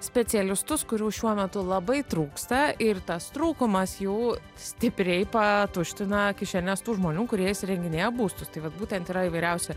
specialistus kurių šiuo metu labai trūksta ir tas trūkumas jų stipriai patuština kišenes tų žmonių kurie įsirenginėja būstus tai vat būtent yra įvairiausi